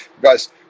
Guys